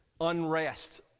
unrest